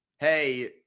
hey